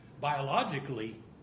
Biologically